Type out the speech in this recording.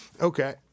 Okay